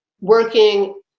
working